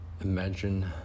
Imagine